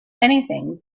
anything